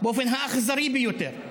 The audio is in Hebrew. באופן האכזרי ביותר,